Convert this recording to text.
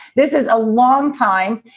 this is a long time.